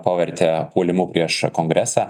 pavertė puolimu prieš kongresą